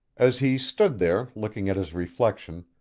as he stood there looking at his reflection,